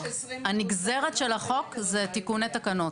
הנגזרת של החוק זה תיקוני תקנות.